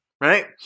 Right